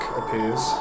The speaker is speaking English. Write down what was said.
appears